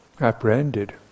apprehended